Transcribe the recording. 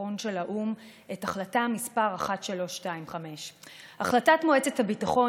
הביטחון של האו"ם את החלטה 1325. החלטת מועצת הביטחון